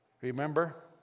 Remember